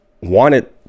wanted